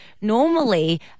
normally